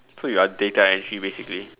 so you are data entry basically